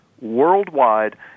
worldwide